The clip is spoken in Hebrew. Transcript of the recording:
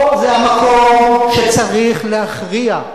פה זה המקום שצריך להכריע,